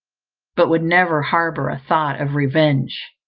but would never harbour a thought of revenge.